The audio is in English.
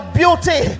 beauty